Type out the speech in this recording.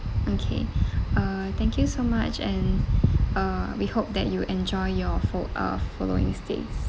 okay uh thank you so much and uh we hope that you enjoy your fol~ uh following stays